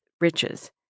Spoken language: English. riches